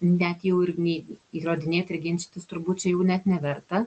net jau ir nei įrodinėt ir ginčytis turbūt čia jų net neverta